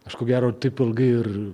aš ko gero taip ilgai ir